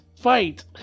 Fight